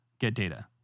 getData